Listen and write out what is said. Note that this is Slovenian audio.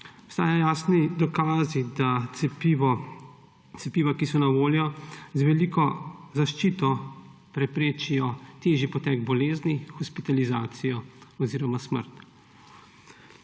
Obstajajo jasni dokazi, da cepiva, ki so na voljo, z veliko zaščito preprečijo težji potek bolezni, hospitalizacijo oziroma smrt.